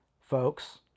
folks